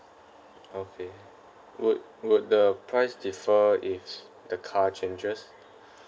okay would would the price differ if the car changes